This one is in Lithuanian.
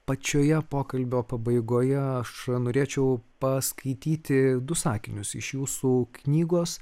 pačioje pokalbio pabaigoje aš norėčiau paskaityti du sakinius iš jūsų knygos